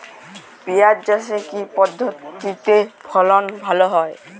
পিঁয়াজ চাষে কি পদ্ধতিতে ফলন ভালো হয়?